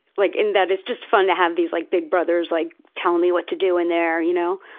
like in that it's just fun to have these like, big brothers like, telling me what to do in there. you know.